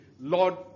Lord